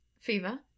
Fever